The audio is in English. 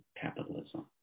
capitalism